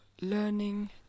learning